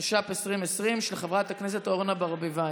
התש"ף 2020, של חברת הכנסת אורנה ברביבאי.